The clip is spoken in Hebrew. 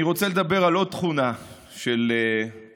אני רוצה לדבר על עוד תכונה של אופיר,